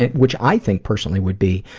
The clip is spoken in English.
which i think, personally, would be